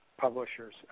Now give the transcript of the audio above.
publishers